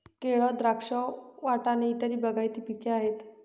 केळ, द्राक्ष, वाटाणे इत्यादी बागायती पिके आहेत